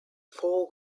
full